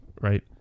right